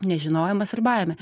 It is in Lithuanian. nežinojimas ir baimė